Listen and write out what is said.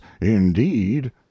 indeed